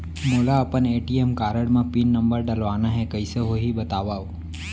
मोला अपन ATM card म पिन नंबर डलवाना हे कइसे होही बतावव?